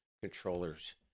controllers